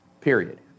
Period